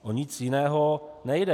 O nic jiného nejde.